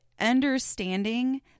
understanding